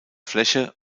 fläche